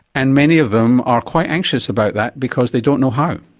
and many of them are quite anxious about that because they don't know how.